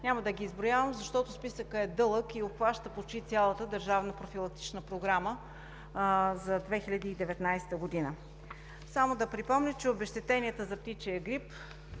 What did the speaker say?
Няма да ги изброявам, защото списъкът е дълъг и обхваща почти цялата държавна профилактична програма за 2019 г. Само да припомня, че обезщетенията за птичия грип